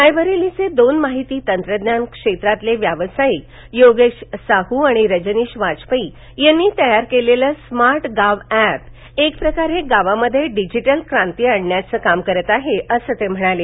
रायबरेलीचे दोन माहिती तंत्रज्ञान क्षेत्रातले व्यावसायिक योगेश साह आणि रजनीश वाजपेयी यांनी तयार केलेलं स्मार्टगांव अॅप एक प्रकारे गावामध्ये डिजिटल क्रांती आणण्याचं काम करत आहे असं ते म्हणाले